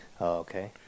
Okay